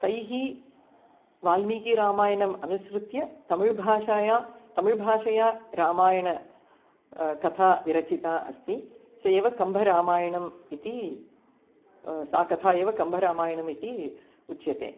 तैः वाल्मीकिरामायणम् अनुसृत्य तमिळ्भाषायां तमिळ्भाषया रामायणकथा विरचिता अस्ति स एव कम्बरामायणम् इति सा कथा एव कम्बरामायणमिति उच्यते